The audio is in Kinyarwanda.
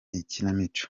ikinamico